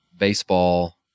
baseball